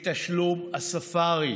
את הספארי,